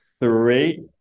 three